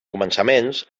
començaments